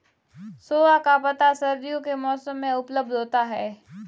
सोआ का पत्ता सर्दियों के मौसम में उपलब्ध होता है